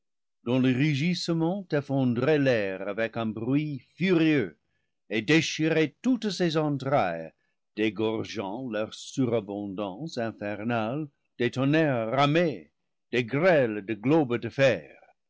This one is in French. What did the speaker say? dont le rugisse ment effondrait l'air avec un bruit furieux et déchirait toutes ses entrailles dégorgeant leur surabondance infernale des tonnerres ramés des grêles de globes de fer